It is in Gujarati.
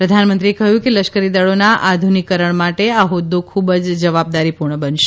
પ્રધાનમંત્રીએ કહ્યું કે લશ્કરીદળોના આધુનિકરણ માટે આ હોદ્દો ખૂબ જ જવાબદારીપૂર્ણ બનશે